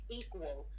equal